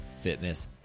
fitness